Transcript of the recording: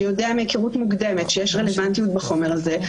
שיודע מהיכרות מוקדמת שיש רלוונטיות בחומר הזה.